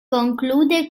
conclude